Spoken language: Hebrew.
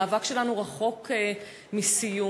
המאבק שלנו רחוק מסיום.